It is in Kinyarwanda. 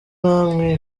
namwe